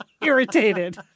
irritated